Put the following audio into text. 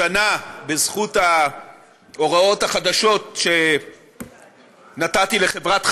השנה, בזכות ההוראות החדשות שנתתי לחברת חשמל,